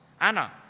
Anna